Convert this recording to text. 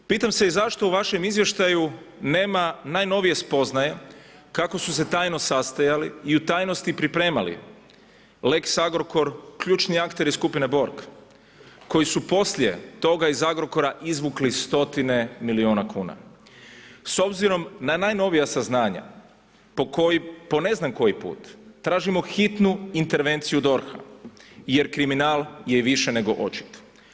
Pitam se i zašto u vašem izvještaju nema najnovije spoznaje kako su se tajno sastajali i u tajnosti pripremali lex Agrokor, ključni akteri skupine Borg koji su poslije toga iz Agrokora izvukli stotine milijuna kuna. s obzirom na najnovija saznanja po ne znam koji put tražimo hitnu intervenciju DORH-a jer kriminal je više nego očit.